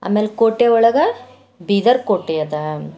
ಆಮೇಲೆ ಕೋಟೆ ಒಳಗ ಬೀದರ್ ಕೋಟೆ ಅದ